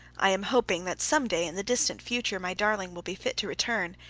i am hoping that some day, in the distant future, my darling will be fit to return.